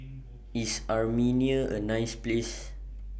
IS Armenia A nice Place